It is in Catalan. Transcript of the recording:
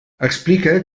explica